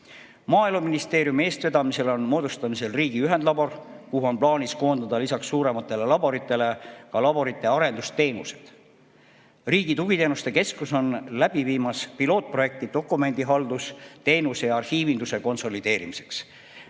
Maaeluministeeriumi eestvedamisel on moodustamisel riigi ühendlabor, kuhu on plaanis koondada lisaks suurematele laboritele ka laborite arendusteenused. Riigi Tugiteenuste Keskus viib ellu pilootprojekti dokumendihaldusteenuse ja arhiivinduse konsolideerimiseks.